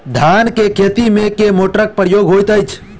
धान केँ खेती मे केँ मोटरक प्रयोग होइत अछि?